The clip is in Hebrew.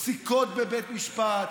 פסיקות בבית משפט,